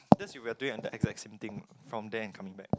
that's if we're doing and the exactly same thing from there and come back